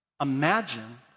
Imagine